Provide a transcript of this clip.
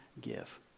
give